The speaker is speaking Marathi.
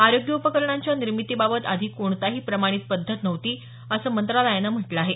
आरोग्य उपकरणांच्या निर्मितीबाबत आधी कोणताही प्रमाणित पद्धत नव्हती असं मंत्रालयानं म्हटलं आहे